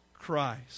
Christ